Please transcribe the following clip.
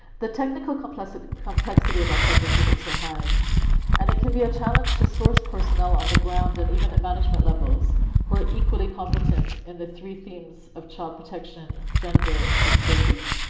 the technical complexity complexity of our project is also high and it can be a challenge to source personnel on the ground and even at management levels who are equally competent in the three themes of child protection, gender and disability.